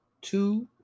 two